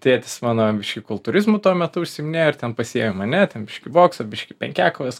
tėtis mano biškį kultūrizmu tuo metu užsiiminėjo ir ten pasiėm mane ten bokso biškį penkiakovės